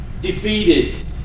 defeated